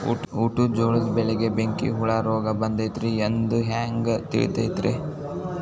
ಊಟದ ಜೋಳದ ಬೆಳೆಗೆ ಬೆಂಕಿ ಹುಳ ರೋಗ ಬಂದೈತಿ ಎಂದು ಹ್ಯಾಂಗ ತಿಳಿತೈತರೇ?